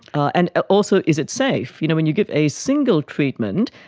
and also is it safe? you know, when you give a single treatment,